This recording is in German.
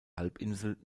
halbinsel